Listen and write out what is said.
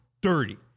dirty